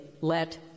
let